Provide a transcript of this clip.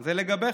זה לגביכם,